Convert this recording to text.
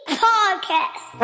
podcast